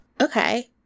Okay